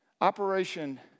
Operation